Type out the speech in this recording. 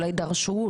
אולי דרשו,